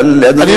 אדוני היושב-ראש,